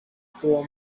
tuvo